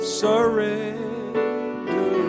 surrender